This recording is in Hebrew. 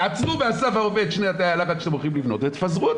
תעצרו באסף הרופא את שני תאי הלחץ שאתם עומדים לבנות ותפזרו.